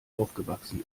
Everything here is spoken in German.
aufgewachsen